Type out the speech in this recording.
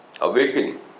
awakening